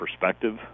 perspective